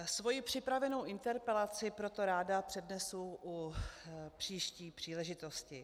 Svoji připravenou interpelaci proto ráda přednesu při příští příležitosti.